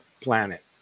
planet